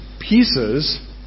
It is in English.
pieces